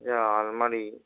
আলমারি